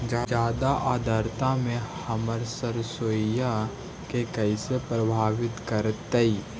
जादा आद्रता में हमर सरसोईय के कैसे प्रभावित करतई?